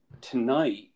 Tonight